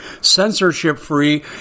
censorship-free